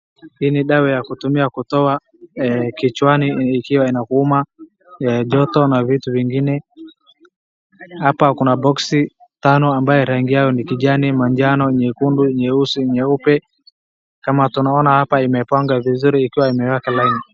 Hii ni dawa ya kutumia kutoa kichwani ikiwa inakuuma, joto na vitu vingine, hapa kuna boxi tano ambayo rangi yao ni kijani, manjano, nyekundu, nyeusi, nyeupe, kama tunaona hapa imepangwa vizuri ikiwa imeweka laini.